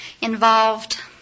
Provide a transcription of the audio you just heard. involved